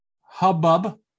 hubbub